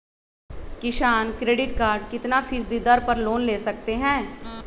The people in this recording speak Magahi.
किसान क्रेडिट कार्ड कितना फीसदी दर पर लोन ले सकते हैं?